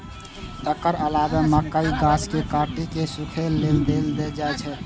एकर अलावे मकइक गाछ कें काटि कें सूखय लेल दए देल जाइ छै